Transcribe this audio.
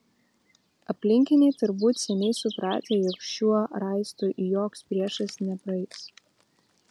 aplinkiniai turbūt seniai supratę jog šiuo raistu joks priešas nepraeis